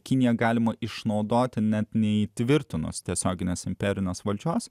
kinija galima išnaudoti net neįtvirtinus tiesioginės imperinės valdžios